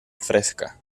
fresca